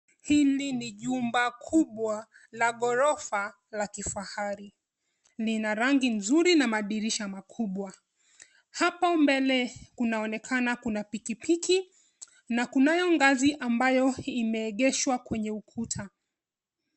Hili ni jumba kubwa la ghorofa la kifahari. Lina rangi nzuri na madirisha makubwa. Hapo mbele kunaonekana kuna pikipiki na kunayo ngazi ambayo imeegeshwa kwenye ukuta.